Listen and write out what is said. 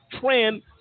trend